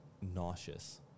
nauseous